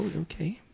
okay